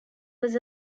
was